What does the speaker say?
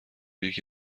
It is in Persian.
یکی